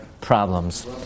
problems